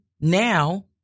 now